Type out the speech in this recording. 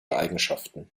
eigenschaften